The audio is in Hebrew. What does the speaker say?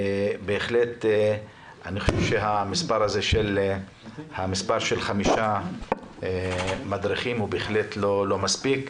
אני חושב שהמספר חמישה מדריכים בהחלט לא מספיק.